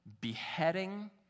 beheading